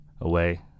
away